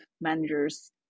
managers